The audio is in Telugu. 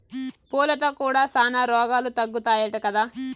పూలతో కూడా శానా రోగాలు తగ్గుతాయట కదా